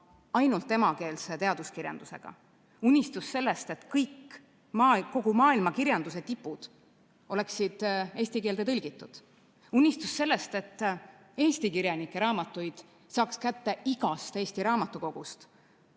ainult emakeelse teaduskirjandusega. Unistus sellest, et kõik, kogu maailmakirjanduse tipud oleksid eesti keelde tõlgitud. Unistus sellest, et Eesti kirjanike raamatuid saaks kätte igast Eesti raamatukogust.